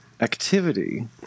Activity